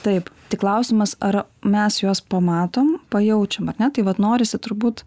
taip tik klausimas ar mes juos pamatom pajaučiam ar ne tai vat norisi turbūt